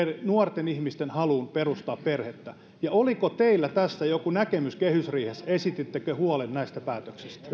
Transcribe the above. nuorten ihmisten haluun perustaa perhettä ja oliko teillä tästä jokin näkemys kehysriihessä esitittekö huolen näistä päätöksistä